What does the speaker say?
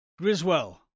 Griswell